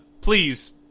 please